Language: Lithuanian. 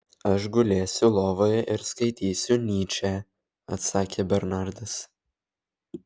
aš gulėsiu lovoje ir skaitysiu nyčę atsakė bernardas